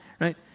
right